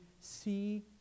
see